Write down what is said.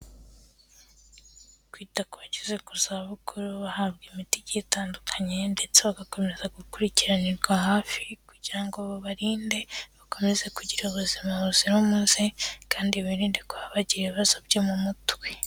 Kwita ku bageze muzabukuru bahabwa imiti igiye itanduye, ndetse bagakomeza gukurikiranirwa hafi kugira ngo babarinde bakomeze kugira ubuzima buzira umuze, kandi birinde ko bagira ibibazo byo mu mutwe.